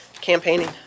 campaigning